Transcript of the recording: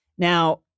Now